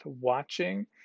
watching